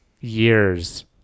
years